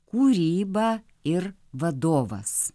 kūryba ir vadovas